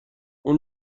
اون